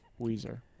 Weezer